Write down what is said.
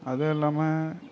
அதுவும் இல்லாம